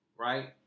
Right